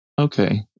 okay